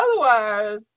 otherwise